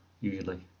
Usually